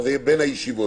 זה יהיה בין הישיבות.